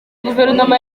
guverinoma